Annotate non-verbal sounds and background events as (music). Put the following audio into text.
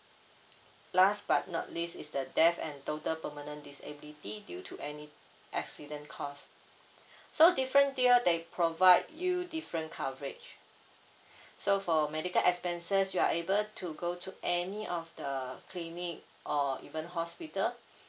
last but not least is the death and total permanent disability due to any accident caused (breath) so different tier they provide you different coverage (breath) so for medical expenses you are able to go to any of the clinic or even hospital